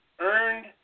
earned